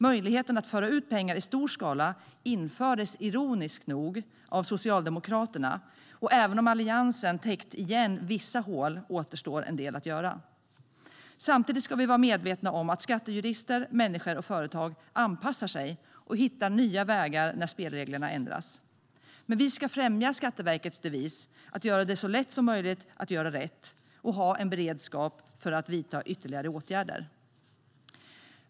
Möjligheten att föra ut pengar i stor skala infördes, ironiskt nog, av Socialdemokraterna. Även om Alliansen täppt igen vissa hål återstår en del att göra. Samtidigt ska vi vara medvetna om att skattejurister, människor och företag anpassar sig och hittar nya vägar när spelreglerna ändras. Men vi ska främja Skatteverkets devis att göra det så lätt som möjligt att göra rätt och ha en beredskap för att vidta ytterligare åtgärder.